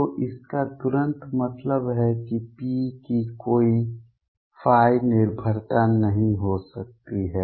तो इसका तुरंत मतलब है कि P की कोई निर्भरता नहीं हो सकती है